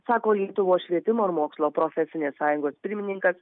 sako lietuvos švietimo ir mokslo profesinės sąjungos pirmininkas